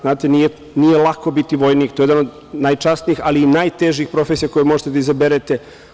Znate, nije lako biti vojnik, to je jedan od najčasnijih, ali i najtežih profesija koje možete da izaberete.